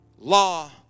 Law